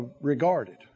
regarded